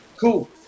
Cool